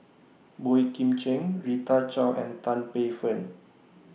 Boey Kim Cheng Rita Chao and Tan Paey Fern